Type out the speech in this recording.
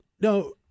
no